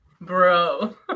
bro